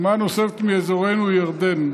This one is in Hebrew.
דוגמה נוספת מאזורנו היא ירדן.